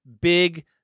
big